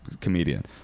comedian